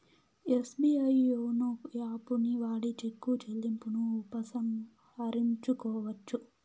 SBI YONO యాపుని వాడి cheque చెల్లింపును ఉపసంహరించుకోవచ్చు